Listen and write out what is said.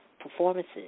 performances